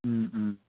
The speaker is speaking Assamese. ও ও